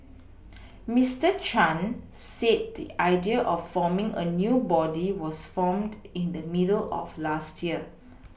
Mister Chan said the idea of forming a new body was formed in the middle of last year